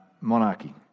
monarchy